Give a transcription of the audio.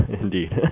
Indeed